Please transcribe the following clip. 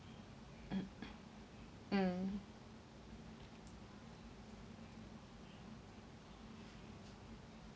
mm